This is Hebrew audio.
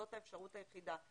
זאת האפשרות היחידה.